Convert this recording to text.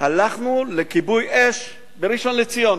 הלכנו לכיבוי-אש בראשון-לציון.